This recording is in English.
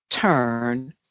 turn